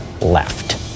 left